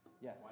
Yes